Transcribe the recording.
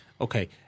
Okay